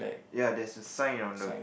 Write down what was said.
ya that's a sign on the